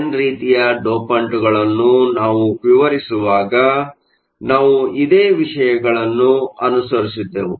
N ರೀತಿಯ ಡೋಪಂಟ್ಗಳನ್ನು ನಾವು ವಿವರಿಸುವಾಗ ನಾವು ಇದೇ ವಿಷಯಗಳನ್ನು ಅನುಸರಿದ್ದೆವು